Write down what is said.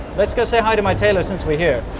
let's go say hi to my tailor since we're here